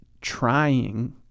trying